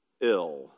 ill